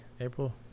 April